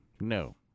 No